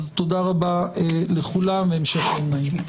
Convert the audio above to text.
תודה רבה לכולם, והמשך יום נעים.